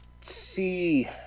see